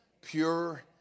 Pure